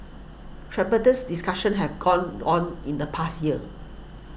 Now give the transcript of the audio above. tripartites discussions have gone on in the past year